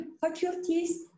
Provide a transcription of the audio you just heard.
faculties